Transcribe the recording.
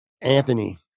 Anthony